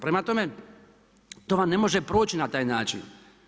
Prema tome, to vam ne može proći na taj način.